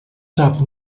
sap